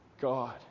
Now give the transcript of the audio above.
God